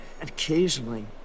occasionally